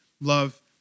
love